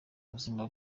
ubuzima